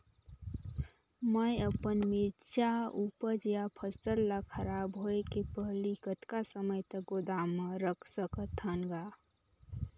मैं अपन मिरचा ऊपज या फसल ला खराब होय के पहेली कतका समय तक गोदाम म रख सकथ हान ग?